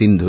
Sindhu